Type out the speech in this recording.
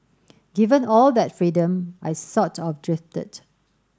given all that freedom I sort of drifted